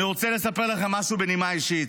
אני רוצה לספר לכם משהו בנימה אישית.